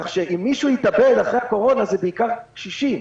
כך שאם מישהו יתאבד אחרי הקורונה זה בעיקר קשישים.